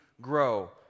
grow